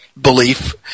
belief